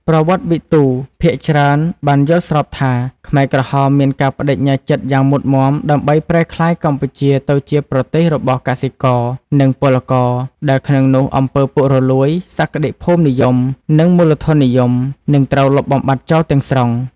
ប្រវត្តិវិទូភាគច្រើនបានយល់ស្របថា ខ្មែរក្រហមមានការប្តេជ្ញាចិត្តយ៉ាងមុតមាំដើម្បីប្រែក្លាយកម្ពុជាទៅជាប្រទេសរបស់កសិករ និងពលករ ដែលក្នុងនោះអំពើពុករលួយ សក្តិភូមិនិយម និងមូលធននិយម នឹងត្រូវលុបបំបាត់ចោលទាំងស្រុង។